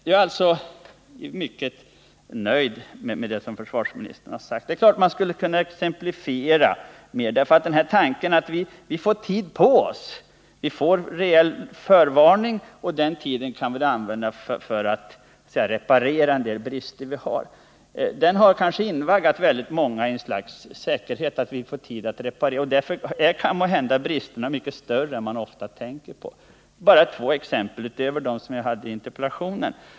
Jag är alltså mycket nöjd med det försvarsministern har sagt. Det är klart att man skulle kunna exemplifiera mer. Tanken att vi får tid på oss — att vi får rejäl förvarning, och den tiden kan vi använda för att reparera en del brister — har kanske invaggat många i ett slags säkerhet. Därför är måhända bristerna mycket större än vi ofta tänker på. Låt mig ta två exempel utöver dem som jag har anfört i interpellationen.